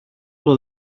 του